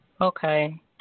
Okay